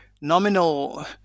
nominal